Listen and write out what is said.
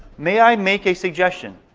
may i make a suggestion?